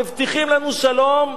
מבטיחים לנו שלום.